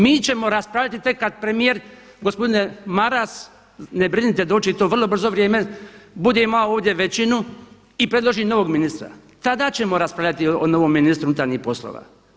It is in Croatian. Mi ćemo raspravljati tek kada premijer gospodine Maras ne brinite doći će to u vrlo brzo vrijeme, bude imao ovdje većinu i predloži novog ministra, tada ćemo raspravljati o novom ministru unutarnjih poslova.